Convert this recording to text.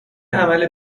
عمل